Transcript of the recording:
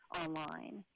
online